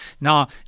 Now